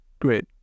Great